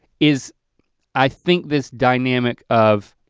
is i think this dynamic of,